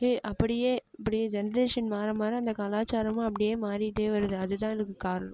அப்படியே இப்படியே ஜென்ரேஷன் மாற மாற அந்த கலாச்சாரமும் அப்படியே மாறிகிட்டே வருது அதுதான் இதுக்கு காரணம்